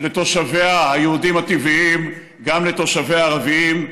לתושביה היהודים הטבעיים, גם לתושביה הערבים.